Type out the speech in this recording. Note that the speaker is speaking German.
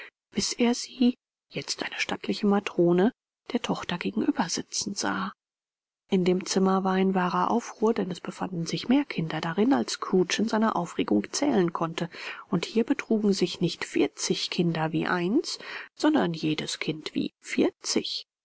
bis er sie jetzt eine stattliche matrone der tochter gegenüber sitzen sah in dem zimmer war ein wahrer aufruhr denn es befanden sich mehr kinder darin als scrooge in seiner aufregung zählen konnte und hier betrugen sich nicht vierzig kinder wie eins sondern jedes kind wie vierzig